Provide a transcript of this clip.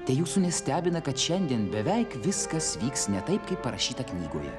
tai jūsų nestebina kad šiandien beveik viskas vyks ne taip kaip parašyta knygoje